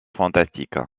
fantastique